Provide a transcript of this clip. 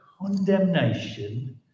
condemnation